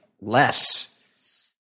less